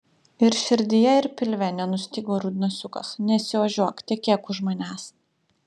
ir širdyje ir pilve nenustygo rudnosiukas nesiožiuok tekėk už manęs